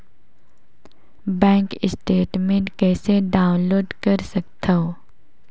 Bank statement कइसे download कर सकथव?